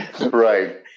Right